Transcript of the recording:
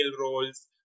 roles